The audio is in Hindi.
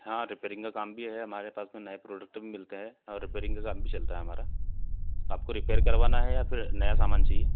हाँ रिपेयरिंग का काम भी है हमारे पास में नये प्रोडक्ट भी मिलते हैं और रिपेयरिंग का काम भी चलता है हमारा आपको रिपेयर करवाना है या फिर नया सामान चाहिए